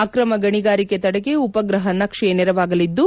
ಅಕ್ರಮ ಗಣಿಗಾರಿಕೆ ತಡೆಗೆ ಉಪಗ್ರಹ ನಕ್ಷೆ ನೆರವಾಗಲಿದ್ದು